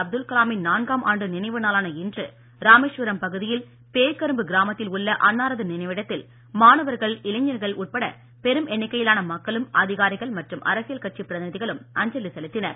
அப்துல் கலாமின் நான்காம் ஆண்டு நினைவு நாளான இன்று ராமேஸ்வரம் பகுதியில் பேய்க்கரும்பு கிராமத்தில் உள்ள அன்னாரது நினைவிடத்தில் மாணவர்கள் இளைஞர்கள் உட்பட பெரும் எண்ணிக்கையிலான மக்களும் அதிகாரிகள் மற்றும் அரசியல் கட்சி பிரதிநிதிகளும் அஞ்சலி செலுத்தினர்